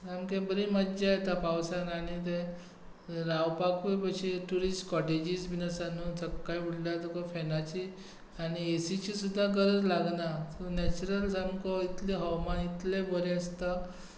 सामकी बरी मज्जा येता पावसांत आनी थंय रावपाक अश्यो खूब ट्युरिस्ट कॉटेजीस बी आसा सकाळी उटल्यार तुका फॅनाची आनी एसीची सुद्दां गरज लागना नॅच्युरल सारकें हवामान इतलें बरें आसता